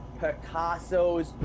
Picasso's